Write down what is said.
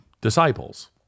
disciples